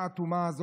המשפטים.